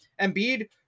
Embiid